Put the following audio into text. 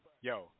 yo